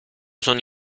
sono